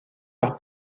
par